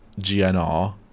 GNR